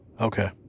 Okay